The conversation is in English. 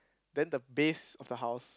then the base of the house